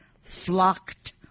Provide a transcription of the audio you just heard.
flocked